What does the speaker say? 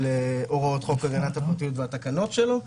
הוראות חוק הגנת הפרטיות והתקנות שלו.